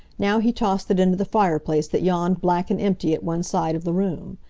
now he tossed it into the fireplace that yawned black and empty at one side of the room.